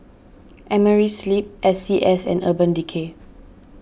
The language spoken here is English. Amerisleep S C S and Urban Decay